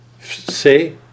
Say